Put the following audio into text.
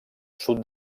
sud